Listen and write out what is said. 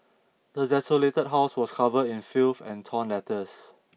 the desolated house was covered in filth and torn letters